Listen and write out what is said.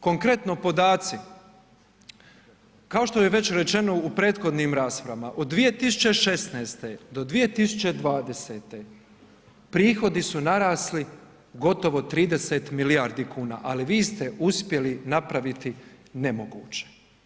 Konkretno podaci, kao što je već rečeno u prethodnim raspravama od 2016. do 2020. prihodi su narasli gotovo 30 milijardi kuna, ali vi ste uspjeli napraviti nemoguće.